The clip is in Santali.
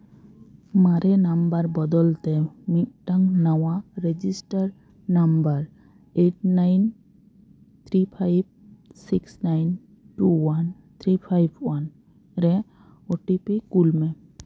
ᱢᱟᱨᱮ ᱱᱟᱢᱵᱟᱨ ᱵᱚᱫᱚᱞ ᱛᱮ ᱢᱤᱫᱴᱟᱝ ᱱᱟᱣᱟ register number eight nine three five six nine two one three five one ᱨᱮ ᱳ ᱴᱤ ᱯᱤ ᱠᱩᱞ ᱢᱮ